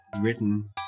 written